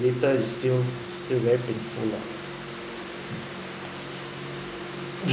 later it's still still very painful lah